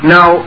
Now